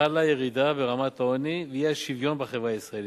חלה ירידה ברמת העוני והאי-שוויון בחברה הישראלית,